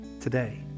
Today